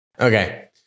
Okay